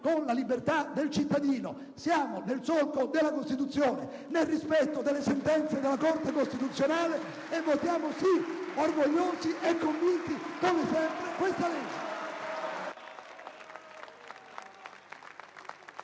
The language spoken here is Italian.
con la libertà del cittadino. Siamo quindi nel solco della Costituzione, nel rispetto delle sentenze della Corte costituzionale e pertanto votiamo sì, orgogliosi e convinti come sempre, su questa legge!